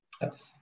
Yes